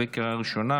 בקריאה ראשונה.